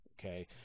Okay